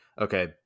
okay